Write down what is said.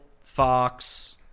Fox